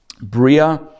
Bria